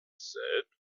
said